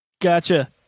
Gotcha